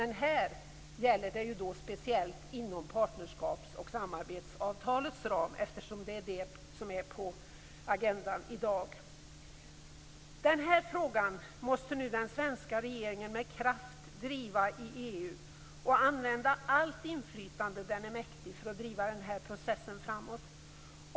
Nu gäller detta speciellt inom partnerskaps och samarbetsavtalets ram, eftersom det är det som står på agendan i dag. Denna fråga måste den svenska regeringen nu med kraft driva inom EU. Den måste använda allt inflytande den är mäktig för att driva processen framåt.